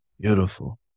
Beautiful